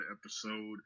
episode